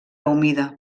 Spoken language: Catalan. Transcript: humida